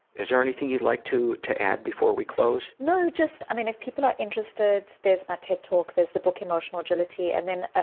is there anything you'd like to to add before we close? no, just, if people are interested, there's my ted talk, there's the book emotional agility, and then,